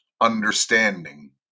understanding